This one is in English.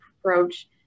approach